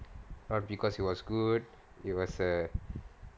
not because he was good it was a